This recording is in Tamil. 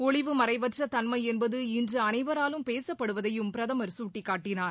ஒளிவுமறைவற்ற தன்மை என்பது இன்று அனைவராலும் பேசப்படுவதையும் பிரதமர் சுட்டிக்காட்டினார்